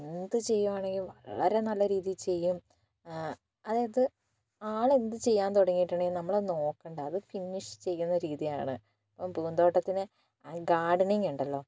ഇപ്പോൾ എന്ത് ചെയ്യുകയാണെങ്കിലും വളരെ നല്ലരീതിയിൽ ചെയ്യും അതായിത് ആള് എന്തുചെയ്യാൻ തുടങ്ങിയിട്ടുണ്ടെങ്കിലും നമ്മളത് നോക്കണ്ട അത് ഫിനിഷ് ചെയ്യുന്ന രീതിയാണ് പൂന്തോട്ടത്തിന് ഗാർഡനിങ് ഉണ്ടല്ലൊ